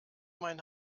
mein